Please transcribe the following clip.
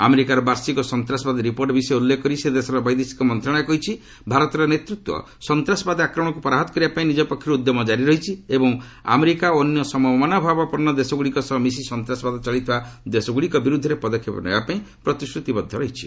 ଆମେରିକାର ବାର୍ଷିକ ସନ୍ତାସବାଦ ରିପୋର୍ଟ ବିଷୟ ଉଲ୍ଲେଖ କରି ସେ ଦେଶର ବୈଦେଶିକ ମନ୍ତ୍ରଣାଳୟ କହିଛି ଭାରତର ନେତୃତ୍ୱ ସନ୍ତ୍ରାସବାଦ ଆକ୍ରମଣକୁ ପରାହତ କରିବା ପାଇଁ ନିଜ ପକ୍ଷରୁ ଉଦ୍ୟମ ଜାରି ରହିଛି ଏବଂ ଆମେରିକା ଓ ଅନ୍ୟ ସମମନୋଭାବାପନ୍ନ ଦେଶଗୁଡ଼ିକ ସହ ମିଶି ସନ୍ତାସବାଦ ଚଳେଇଥିବା ଦେଶଗୁଡ଼ିକ ବିରୁଦ୍ଧରେ ପଦକ୍ଷେପ ନେବା ପାଇଁ ପ୍ରତିଶ୍ରତିବଦ୍ଧ ରହିଛନ୍ତି